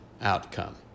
outcome